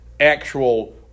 actual